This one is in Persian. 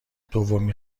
دومین